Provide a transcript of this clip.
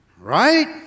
Right